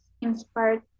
inspired